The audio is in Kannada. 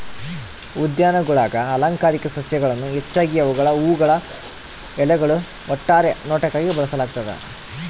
ಉದ್ಯಾನಗುಳಾಗ ಅಲಂಕಾರಿಕ ಸಸ್ಯಗಳನ್ನು ಹೆಚ್ಚಾಗಿ ಅವುಗಳ ಹೂವುಗಳು ಎಲೆಗಳು ಒಟ್ಟಾರೆ ನೋಟಕ್ಕಾಗಿ ಬೆಳೆಸಲಾಗ್ತದ